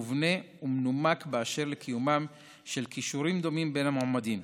מובנה ומנומק באשר לקיומם של כישורים דומים בין המועמדים.